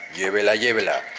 yeah llevela yeah llevela.